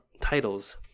titles